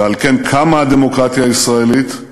ועל כן קמה הדמוקרטיה הישראלית,